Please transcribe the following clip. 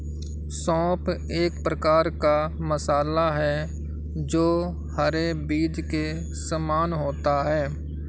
सौंफ एक प्रकार का मसाला है जो हरे बीज के समान होता है